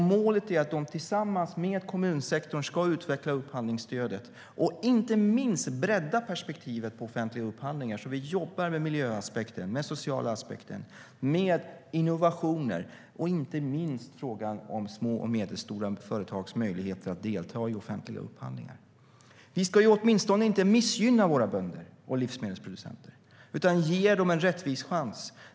Målet är att den tillsammans med kommunsektorn ska utveckla upphandlingsstödet och inte minst bredda perspektivet på offentliga upphandlingar, så att vi jobbar med miljöaspekter, sociala aspekter, innovationer och inte minst frågan om små och medelstora företags möjligheter att delta i offentliga upphandlingar. Vi ska åtminstone inte missgynna våra bönder och livsmedelsproducenter utan ge dem en rättvis chans.